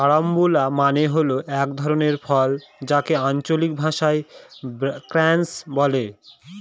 carambola মানে হল এক ধরনের ফল যাকে আঞ্চলিক ভাষায় ক্রাঞ্চ বলে